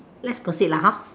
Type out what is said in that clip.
let's proceed lah hor